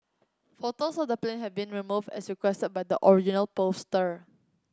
photos of the plane have been removed as requested by the original poster